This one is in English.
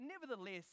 nevertheless